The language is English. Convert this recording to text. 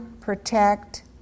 protect